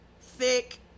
Thick